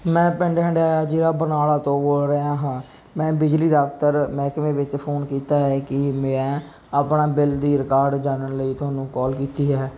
ਮੈਂ ਪਿੰਡ ਹੰਢਾਇਆ ਜ਼ਿਲ੍ਹਾ ਬਰਨਾਲਾ ਤੋਂ ਬੋਲ ਰਿਹਾ ਹਾਂ ਮੈਂ ਬਿਜਲੀ ਦਫ਼ਤਰ ਮਹਿਕਮੇ ਵਿੱਚ ਫੋਨ ਕੀਤਾ ਹੈ ਕਿ ਮੈਂ ਆਪਣਾ ਬਿੱਲ ਦੀ ਰਿਕਾਰਡ ਜਾਨਣ ਲਈ ਤੁਹਾਨੂੰ ਕਾਲ ਕੀਤੀ ਹੈ